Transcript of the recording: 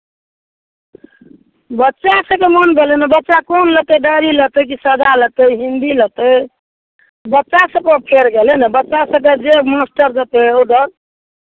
बच्चेके मोन भेलै ने बच्चा कोन लेतै डायरी लेतै कि सादा लेतै हिन्दी लेतै बच्चा सभके फेर गेलै ने बच्चा सभकेँ जे मास्टर देतै ऑर्डर